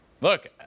Look